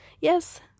Yes